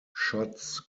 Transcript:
shots